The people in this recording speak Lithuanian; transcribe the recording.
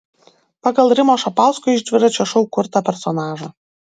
pagal rimo šapausko iš dviračio šou kurtą personažą